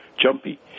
jumpy